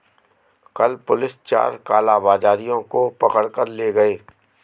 कल पुलिस चार कालाबाजारियों को पकड़ कर ले गए